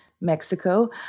Mexico